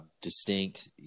distinct